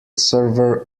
server